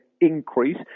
increase